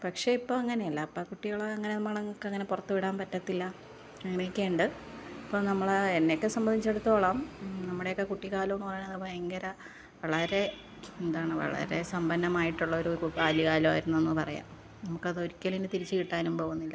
പക്ഷെ ഇപ്പോൾ അങ്ങനെയല്ല ഇപ്പം കുട്ടികളെ അങ്ങനെ നമുക്കങ്ങനെ പുറത്തു വിടാൻ പറ്റത്തില്ല അങ്ങനെയൊക്കെ ഉണ്ട് അപ്പം നമ്മൾ എന്നെയൊക്കെ സംബന്ധിച്ചെടുത്തോളം നമ്മുടെയൊക്കെ കുട്ടിക്കാലോം എന്ന് പറയണത് ഭയങ്കര വളരെ എന്താണ് വളരെ സമ്പന്നമായിട്ടുള്ളൊരു ബാല്യ കാലമായിരുന്നു എന്ന് പറയാം നമുക്കത് ഒരിക്കലും ഇനി തിരിച്ചു കിട്ടാനും പോകുന്നില്ല